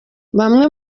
bamwe